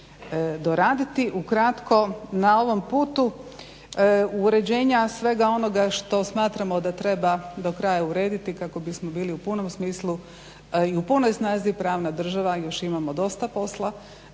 Ukratko na ovom putu uređenja svega onoga što smatramo da treba do kraja urediti kako bismo bili u punom smislu i u punoj snazi pravna država još imamo dosta posla,